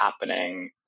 happening